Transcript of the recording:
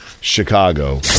chicago